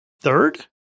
third